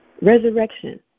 Resurrection